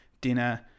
dinner